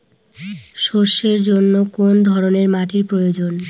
সরষের জন্য কোন ধরনের মাটির প্রয়োজন?